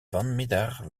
vanmiddag